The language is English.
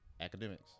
academics